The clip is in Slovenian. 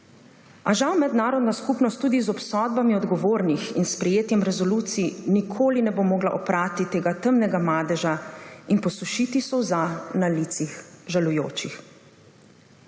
A žal mednarodna skupnost tudi z obsodbami odgovornih in s sprejetjem resolucij nikoli ne bo mogla oprati tega temnega madeža in posušiti solza na licih žalujočih.